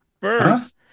first